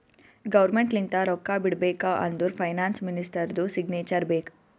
government ಲಿಂತ ರೊಕ್ಕಾ ಬಿಡ್ಬೇಕ ಅಂದುರ್ ಫೈನಾನ್ಸ್ ಮಿನಿಸ್ಟರ್ದು ಸಿಗ್ನೇಚರ್ ಬೇಕ್